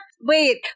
Wait